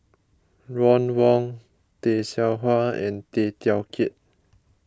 Ron Wong Tay Seow Huah and Tay Teow Kiat